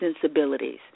sensibilities